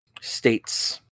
States